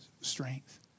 strength